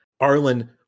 Arlen